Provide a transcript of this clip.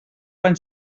quan